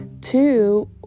Two